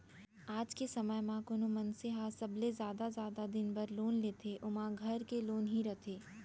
आज के समे म कोनो मनसे ह सबले जादा जादा दिन बर लोन लेथे ओमा घर लोन ही रथे